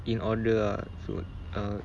in order ah so uh